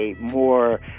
more